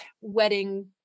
wedding